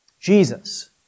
Jesus